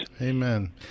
Amen